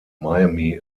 miami